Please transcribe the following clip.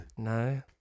No